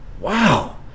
Wow